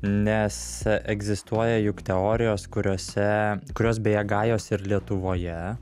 nes egzistuoja juk teorijos kuriose kurios beje gajos ir lietuvoje